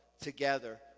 together